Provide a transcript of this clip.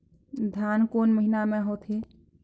धान कोन महीना मे होथे?